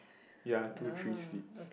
ya two three seeds